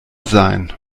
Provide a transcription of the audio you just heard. sein